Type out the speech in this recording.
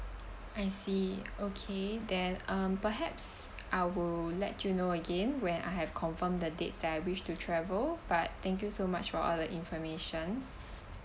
I see okay then um perhaps I will let you know again when I have confirmed the dates that I wish to travel but thank you so much for all the information